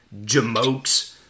Jamokes